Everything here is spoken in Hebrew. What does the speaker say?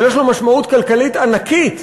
אבל יש לה משמעות כלכלית ענקית,